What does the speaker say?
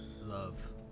Love